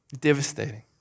Devastating